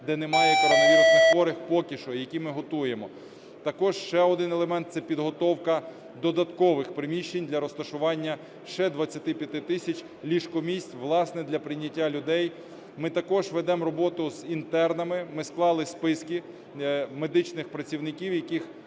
де немає коронавірусних хворих поки що, які ми готуємо. Також ще один елемент – це підготовка додаткових приміщень для розташування ще 25 тисяч ліжко-місць, власне, для прийняття людей. Ми також ведемо роботу з інтернами, ми склали списки медичних працівників, яких